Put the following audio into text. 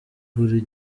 buri